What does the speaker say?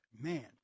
man